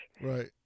Right